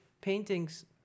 paintings